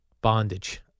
bondage